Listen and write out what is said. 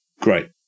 Great